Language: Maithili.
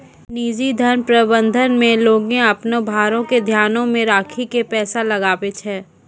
निजी धन प्रबंधन मे लोगें अपनो भारो के ध्यानो मे राखि के पैसा लगाबै छै